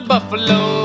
buffalo